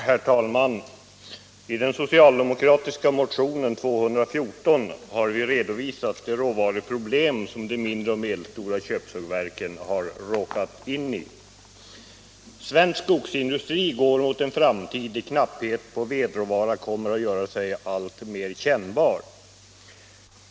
Herr talman! I den socialdemokratiska motionen 214 har vi redovisat de råvaruproblem som de mindre och medelstora köpsågverken har råkat in i. Svensk skogsindustri går mot en framtid där knapphet på vedråvara kommer att göra sig alltmer kännbar.